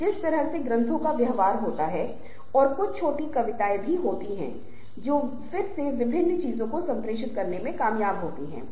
तो ये चीजें वास्तव में बहुत महत्वपूर्ण हैं जहां तक एक समूह की विशेषताओं का संबंध है